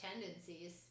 tendencies